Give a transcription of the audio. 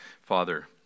Father